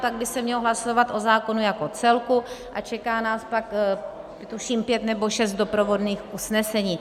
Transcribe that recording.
Pak by se mělo hlasovat o zákonu jako celku a čeká nás pak tuším pět nebo šest doprovodných usnesení.